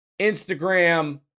Instagram